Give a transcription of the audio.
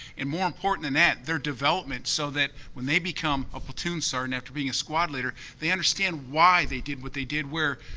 and more important than that, their development. so that when they become a platoon sergeant after being a squad leader, they understand why they did what they did. where,